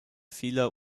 fehler